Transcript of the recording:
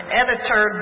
editor